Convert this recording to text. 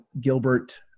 Gilbert